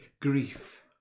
grief